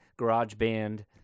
GarageBand